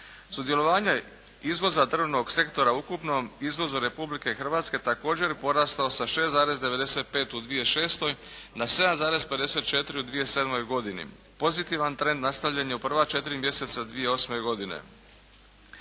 Sudjelovanje izvoza drvnog sektora u ukupnom izvozu Republike Hrvatske, također je porastao sa 6,95 u 2006. na 7,54 u 2007. godini. Pozitivan trend nastavljen je u prva četiri mjeseca 2008. godine.